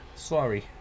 Sorry